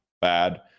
bad